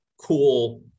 cool